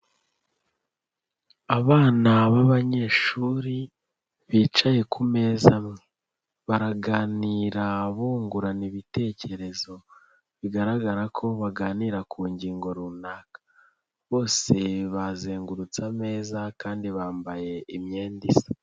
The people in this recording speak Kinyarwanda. Abana b'abanyeshuri bicaye ku meza amwe, baraganira bungurana ibitekerezo bigaragara ko baganira ku ngingo runaka, bose bazengurutse ameza kandi bambaye imyenda isa.